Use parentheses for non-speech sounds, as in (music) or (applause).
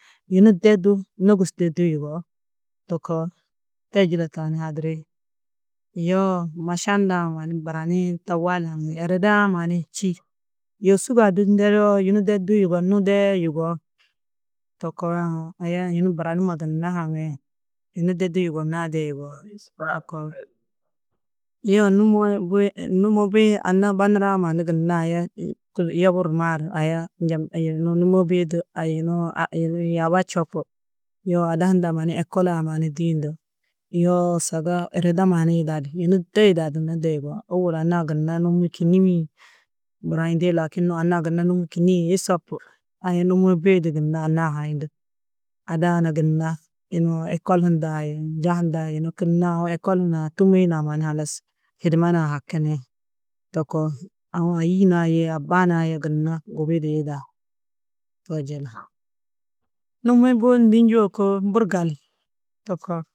Yunu de du nôgus de du yugó to koo te jiladu tani hadiri. Yoo maša ndaã mannu baraniĩ towali haŋiĩ. Ereda-ã mannu čî. Yo sûgu-ã du ndedoo yunu de du yugonnú dee yugó to koo aã. Aya yunu baranuma gunna haŋiĩ, yunu de du yugonnãá de yugó a akoo. (noise) Yoo numo bui-ĩ e numo bui-ĩ anna ba nurã mannu gunna aya yeburu maaru aya (unintelligible) numo bui-ĩ du (unintelligible) a yunu yaaba čoopu. Yoo ada hundã mannu êkol-ã mannu duyundu. Yoo saga ereda mannu yidadu. Yunu de yidadunnó de yugó. Ôwol anna-ã gunna numi-ĩ kînnimmi barayindi, lakîn nû anna-ã gunna numo kînniĩ yusopu aya numo bui-ĩ du gunna anna-ã hayundu. Ada-ã na gunna yunu êkol hundã, anja hundã yunu gunna aũ êkol naa tômui na mannu halas hidima na hakini to koo. Aũ ayî hunã yê abba hunã gunna gubidi yida to jila. Numi-ĩ bui-ĩ du njûo koo budi gali.